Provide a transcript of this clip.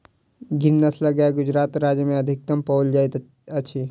गिर नस्लक गाय गुजरात राज्य में अधिकतम पाओल जाइत अछि